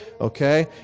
okay